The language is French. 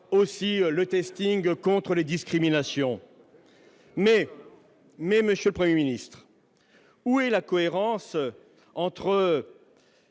aussi le testing, contre les discriminations, mais, mais Monsieur le 1er Ministre où est la cohérence entre